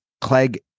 Clegg